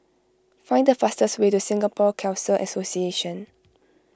find the fastest way to Singapore Khalsa Association